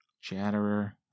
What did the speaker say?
Chatterer